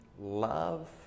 love